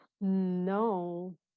No